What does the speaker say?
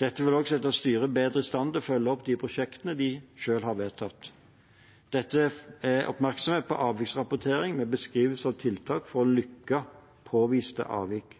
Dette vil også sette styret i bedre stand til følge opp de prosjektene de selv har vedtatt. Det er oppmerksomhet på avviksrapportering med beskrivelse av tiltak for å lukke påviste avvik.